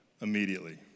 immediately